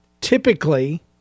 typically